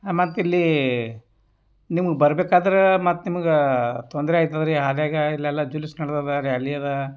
ಮತ್ತಿಲ್ಲಿ ನಿಮ್ಗೆ ಬರ್ಬೇಕಾದ್ರೆ ಮತ್ತು ನಿಮ್ಗೆ ತೊಂದ್ರೆಯಾಯ್ತದಲ್ರಿ ಆಗಾಗ ಇಲ್ಲೆಲ್ಲ ಜುಲ್ಸ್ ನಡೆದದ ರ್ಯಾಲಿ ಅದ